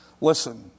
Listen